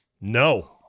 No